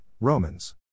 Romans